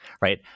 right